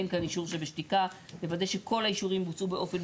זאת עמדתינו.